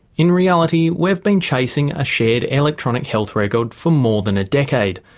in reality we've been chasing a shared electronic health record for more than a decade,